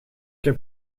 heb